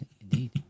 indeed